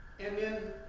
and then,